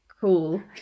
cool